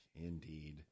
Indeed